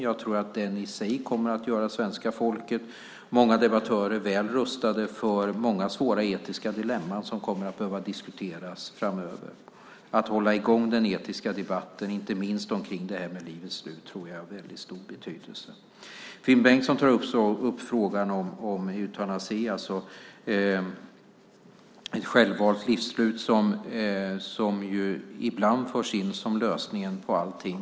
Jag tror att den i sig kommer att göra svenska folket och många debattörer väl rustade för många svåra etiska dilemman som kommer att behöva diskuteras framöver. Att hålla i gång den etiska debatten, inte minst om livets slut, tror jag har väldigt stor betydelse. Finn Bengtsson tar också upp frågan om eutanasi, alltså ett självvalt livsslut, som ibland förs in som lösningen på allt.